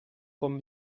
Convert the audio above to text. com